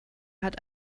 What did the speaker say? hat